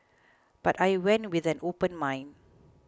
but I went with an open mind